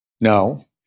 No